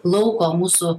lauko mūsų